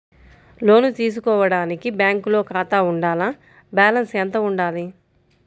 లోను తీసుకోవడానికి బ్యాంకులో ఖాతా ఉండాల? బాలన్స్ ఎంత వుండాలి?